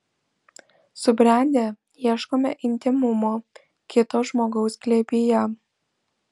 subrendę ieškome intymumo kito žmogaus glėbyje